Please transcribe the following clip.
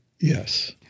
Yes